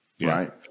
Right